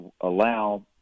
allow